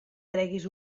treguis